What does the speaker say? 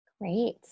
Great